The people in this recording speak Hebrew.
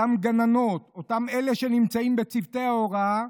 אותן גננות, אותם אלה שנמצאים בצוותי ההוראה,